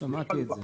שמעתי את זה.